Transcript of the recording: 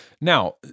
Now